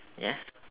yes